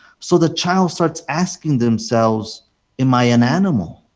so the child starts asking themselves am i an animal?